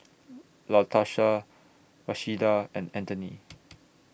Latarsha Rashida and Anthony